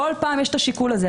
כל פעם יש את השיקול הזה,